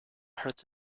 hurts